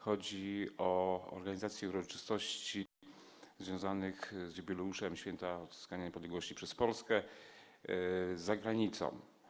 Chodzi o organizację uroczystości związanych z jubileuszem odzyskania niepodległości przez Polskę za granicą.